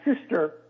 sister